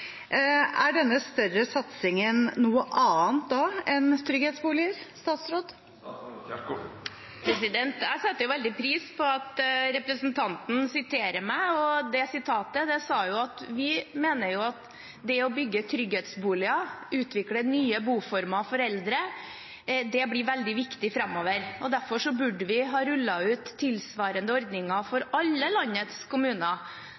Er denne større satsingen noe annet enn trygghetsboliger? Jeg setter veldig pris på at representanten siterer meg, og det sitatet sa jo at vi mener at det å bygge trygghetsboliger, utvikle nye boformer for eldre, blir veldig viktig framover. Derfor burde vi ha rullet ut tilsvarende ordninger for alle landets kommuner.